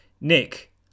Nick